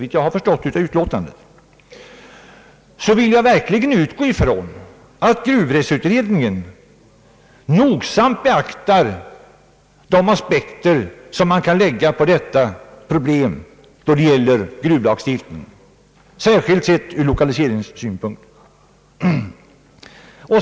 Jag vill då verkligen uttala den bestämda förhoppningen att gruvrättsutredningen nogsamt beaktar de aspekter som särskilt ur lokaliseringssynpunkt kan läggas på frågor som rör gruvlagstiftningen.